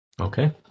Okay